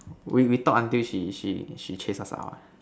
we we talk until she she she chase us out ah